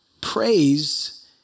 Praise